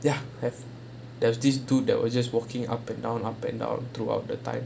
ya have there's this dude that were just walking up and down up and down throughout the time